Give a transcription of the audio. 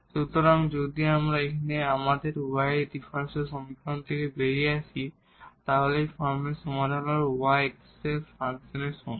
সুতরাং যদি আমরা আমাদের ডিফারেনশিয়াল সমীকরণ থেকে বেরিয়ে আসি তাহলে এই ফর্মের সমাধান হল y x এর ফাংশনের সমান